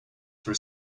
for